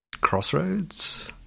crossroads